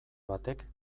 batek